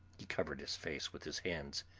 he covered his face with his hands,